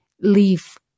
leave